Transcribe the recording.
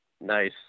Nice